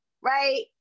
Right